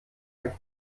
ein